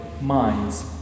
minds